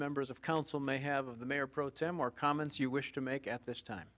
members of council may have of the mayor pro tem or comments you wish to make at this time